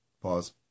Pause